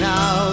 Now